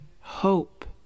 hope